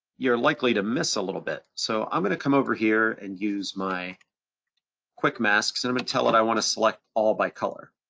you're likely to miss a little bit. so i'm gonna come over here and use my quick masks and i'm gonna and tell that i wanna select all by color.